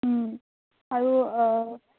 আৰু